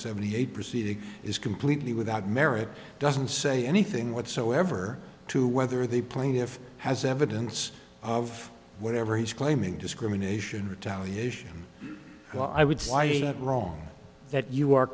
seventy eight proceeding is completely without merit doesn't say anything whatsoever to whether the plaintiff has evidence of whatever he's claiming discrimination retaliation so i would say why is that wrong that you are